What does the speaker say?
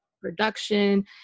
production